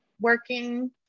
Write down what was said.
working